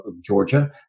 Georgia